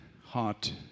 heart